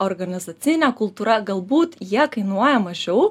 organizacinė kultūra galbūt jie kainuoja mažiau